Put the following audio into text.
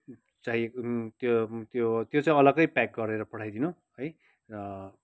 त्यो चाहिँ अलगै प्याक गरेर पठाइदिनु है र